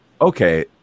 okay